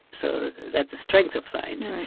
so, that's a strength of science,